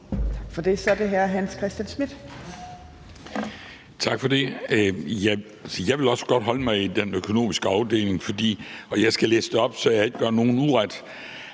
Schmidt. Kl. 13:22 Hans Christian Schmidt (V) : Tak for det. Jeg vil også godt holde mig i den økonomiske afdeling, og jeg skal læse det op, så jeg ikke gør nogen uret.